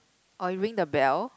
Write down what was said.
or you ring the bell